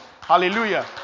Hallelujah